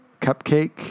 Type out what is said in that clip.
cupcake